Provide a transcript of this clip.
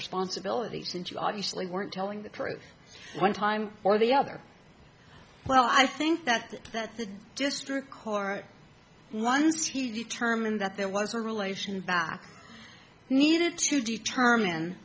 responsibility since you obviously weren't telling the truth one time or the other well i think that that the district court once he determined that there was a relation back needed to determine